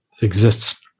exists